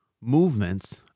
movements